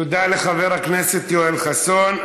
תודה לחבר הכנסת יואל חסון.